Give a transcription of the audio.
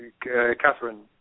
Catherine